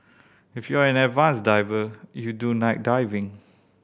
if you're an advanced diver you do night diving